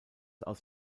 aus